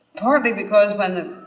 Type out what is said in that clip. partly because when a